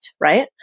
right